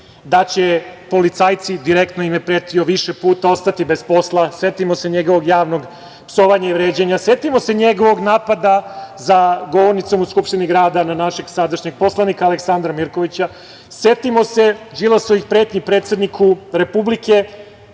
da će policajci, direktno im je pretio više puta, ostati bez posla. Setimo se njegovog javnog psovanja i vređanja. Setimo se njegovog napada za govornicom u Skupštini Grada, na našeg sadašnjeg poslanika Aleksandra Mirkovića. Setimo se Đilasovih pretnji predsedniku Republike